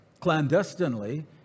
clandestinely